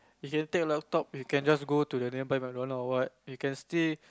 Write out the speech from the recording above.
you can take your laptop you can just to the nearby Macdonalds or what you can still